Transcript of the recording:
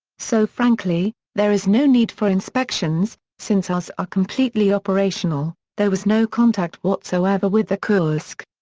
so frankly, there is no need for inspections, since ours are completely operational, there was no contact whatsoever with the kursk.